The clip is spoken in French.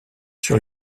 sur